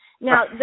Now